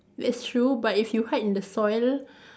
that's true but if you hide in the soil